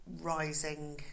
Rising